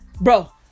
Bro